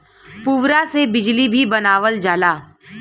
पुवरा से बिजली भी बनावल जाला